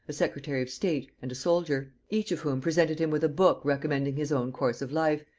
a secretary of state, and a soldier each of whom presented him with a book recommending his own course of life,